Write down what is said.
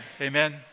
Amen